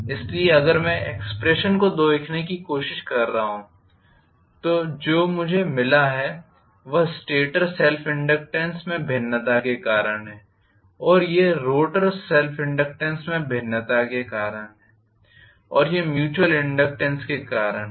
इसलिए अगर मैं एक्सप्रेशन को देखने की कोशिश कर रहा हूं तो हमें जो मिला है वह स्टेटर सेल्फ़ इनडक्टेन्स में भिन्नता के कारण है और यह रोटर सेल्फ़ इनडक्टेन्स में भिन्नता के कारण है और यह म्यूच्युयल के कारण है